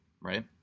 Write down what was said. right